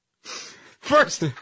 First